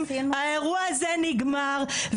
האירוע הזה נגמר,